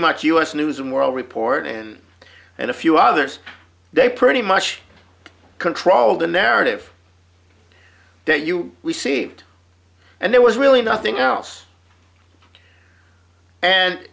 much u s news and world report and and a few others they pretty much control the narrative that you received and there was really nothing else and